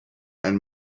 and